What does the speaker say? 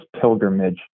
pilgrimage